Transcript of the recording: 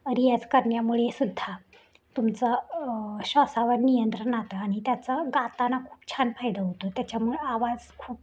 रियाज करण्यामुळे सुद्धा तुमचं श्वासावर नियंत्रण राहतं आणि त्याचं गाताना खूप छान फायदा होतो त्याच्यामुळे आवाज